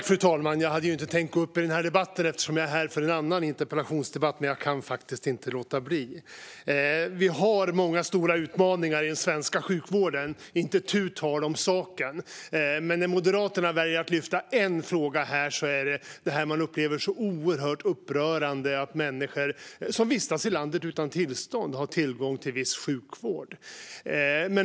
Fru talman! Jag är här för en annan interpellationsdebatt och hade inte tänkt gå upp i den här debatten, men jag kan faktiskt inte låta bli. Vi har många stora utmaningar i den svenska sjukvården - det är inte tu tal om den saken - men när Moderaterna väljer att lyfta fram en fråga här blir det att man upplever det som oerhört upprörande att människor som vistas i landet utan tillstånd har tillgång till viss sjukvård.